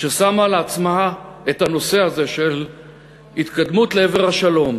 ששמה לעצמה את הנושא הזה של התקדמות לעבר השלום